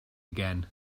again